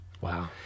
Wow